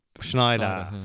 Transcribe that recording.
Schneider